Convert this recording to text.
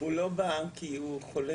הוא לא בא כי הוא חולה.